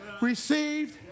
received